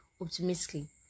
optimistically